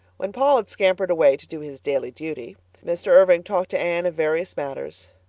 when paul had scampered away to do his daily duty mr. irving talked to anne of various matters.